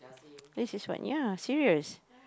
this is what ya serious